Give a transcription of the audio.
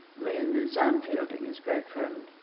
me and zan fielding, his great friend,